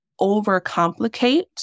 overcomplicate